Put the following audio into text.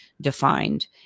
defined